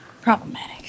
problematic